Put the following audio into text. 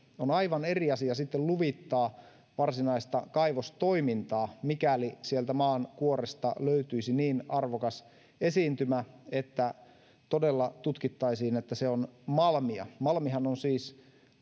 on aivan eri asia sitten luvittaa varsinaista kaivostoimintaa mikäli sieltä maankuoresta löytyisi niin arvokas esiintymä että todella tutkittaisiin että se on malmia malmihan on siis